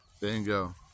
bingo